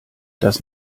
das